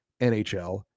NHL